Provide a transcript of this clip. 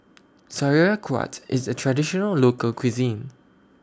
Sauerkraut IS A Traditional Local Cuisine